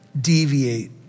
deviate